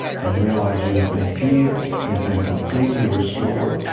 and realize you have been healed, you have been completely restored,